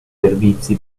servizi